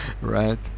right